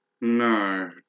No